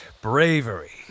bravery